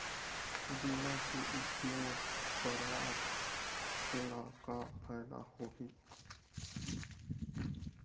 बीमा के मोर परवार ला का फायदा होही?